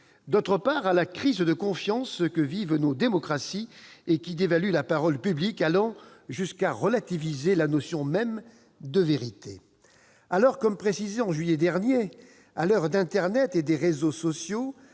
d'autre part, à la crise de confiance que vivent nos démocraties et qui dévalue la parole publique, allant jusqu'à relativiser la notion même de vérité. » Comme précisé en juillet dernier, à l'heure d'internet et des réseaux sociaux,